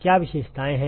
क्या विशेषताएं हैं